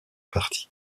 partie